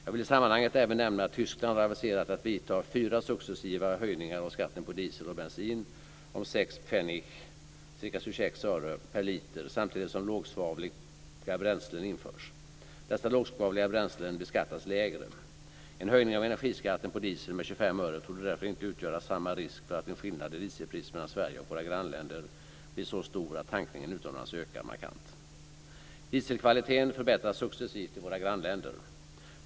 Jag vill i sammanhanget även nämna att Tyskland har aviserat att vidta fyra successiva höjningar av skatten på diesel och bensin om 6 pfenning per liter samtidigt som lågsvavliga bränslen införs. Dessa lågsvavliga bränslen beskattas lägre. En höjning av energiskatten på diesel med 25 öre torde därför inte utgöra samma risk för att en skillnad i dieselpris mellan Sverige och våra grannländer blir så stor att tankningen utomlands ökar markant. Dieselkvaliteten förbättras successivt i våra grannländer.